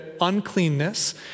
uncleanness